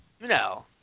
No